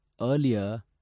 earlier